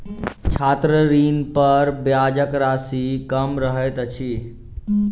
छात्र ऋणपर ब्याजक राशि कम रहैत अछि